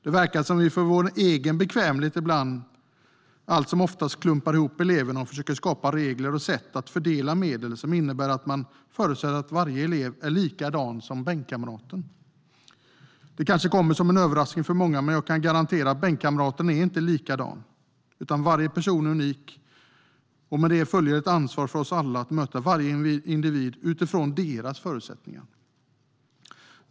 Det verkar som att vi för vår egen bekvämlighet allt som oftast klumpar ihop eleverna och försöker skapa regler och sätt att fördela medel som bygger på att man förutsätter att varje elev är likadan som bänkkamraten. Det kanske kommer som en överraskning för många, men jag kan garantera att bänkkamraten inte är likadan. Varje person är unik, och med det följer ett ansvar för oss alla att möta varje individ utifrån deras förutsättningar.